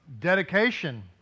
dedication